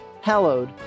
hallowed